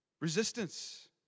resistance